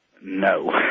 no